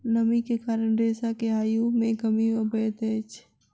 नमी के कारण रेशा के आयु मे कमी अबैत अछि